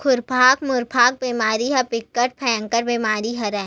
खुरपका मुंहपका बेमारी ह बिकट भयानक बेमारी हरय